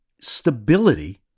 stability